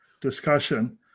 discussion